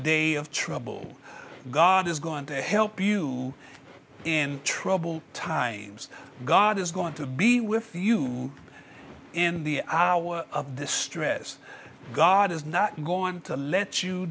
day of trouble god is going to help you in trouble times god is going to be with you in the hour of the stress god is not going to let you